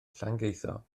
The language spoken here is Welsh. llangeitho